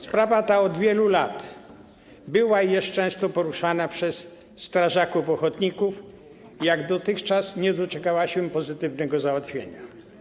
Sprawa ta od wielu lat była i jest często poruszana przez strażaków ochotników i jak dotychczas nie doczekała się pozytywnego załatwienia.